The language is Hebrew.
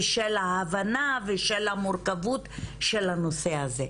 ההבנה ושל המורכבות של הנושא הזה.